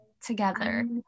together